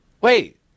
Wait